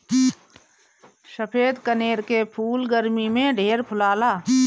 सफ़ेद कनेर के फूल गरमी में ढेर फुलाला